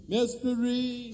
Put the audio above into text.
Mystery